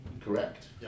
correct